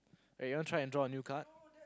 wait you want try and draw a new card